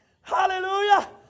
Hallelujah